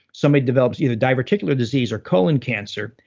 somebody develops either diverticular disease or colon cancer,